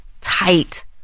tight